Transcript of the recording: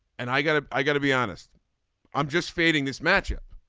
and i gotta i gotta be honest i'm just fading this matchup.